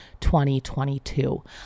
2022